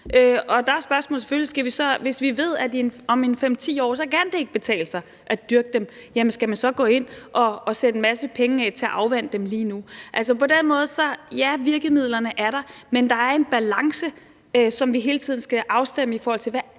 Hvis vi ved, at det om 5-10 år ikke kan betale sig at dyrke dem, skal vi så gå ind og sætte en masse penge af til at afvande dem lige nu? På den måde kan man sige ja til, at virkemidlerne er der, men der er en balance, som vi hele tiden skal afstemme i forhold til, hvad